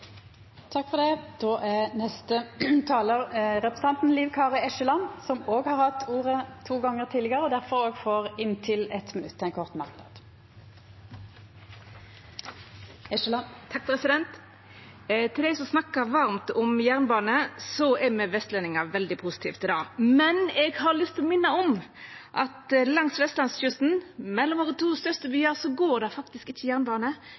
er redusert. Representanten Liv Kari Eskeland har hatt ordet to gonger tidlegare og får ordet til ein kort merknad, avgrensa til 1 minutt. Til dei som snakkar varmt om jernbane: Me vestlendingar er veldig positive til det. Men eg har lyst til å minna om at langs vestlandskysten, mellom våre to største byar der, går det faktisk ikkje jernbane.